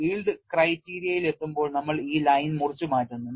Yield criteria യിലെത്തുമ്പോൾ നമ്മൾ ഈ ലൈൻ മുറിച്ചുമാറ്റുന്നു